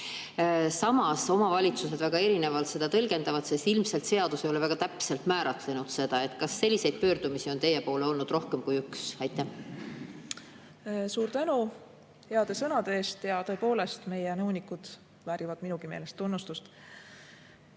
Samas, omavalitsused tõlgendavad seda väga erinevalt, sest ilmselt seadus ei ole väga täpselt määratlenud seda. Kas selliseid pöördumisi on teie poole olnud rohkem kui üks? Suur tänu heade sõnade eest! Tõepoolest, meie nõunikud väärivad minugi meelest tunnustust.